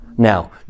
Now